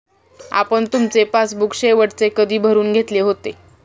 आपण तुमचे पासबुक शेवटचे कधी भरून घेतले होते?